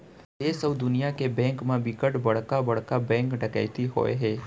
देस अउ दुनिया के बेंक म बिकट बड़का बड़का बेंक डकैती होए हे